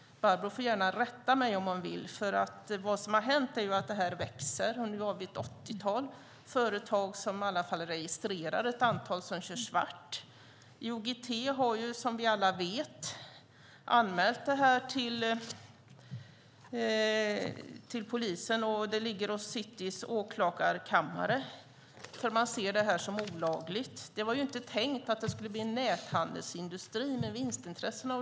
Barbro får gärna rätta mig. Vad som har hänt är att näthandeln växer. Nu är det ett åttiotal företag som i alla fall är registrerade, ett antal kör svart. IOGT har som vi alla vet anmält detta till polisen, och ärendet ligger i Citys åklagarkammare. Man ser det här som olagligt. Det var inte tänkt att det här skulle bli en näthandelsindustri med vinstintressen.